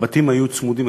הבתים היו צמודים,